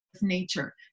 nature